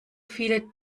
viele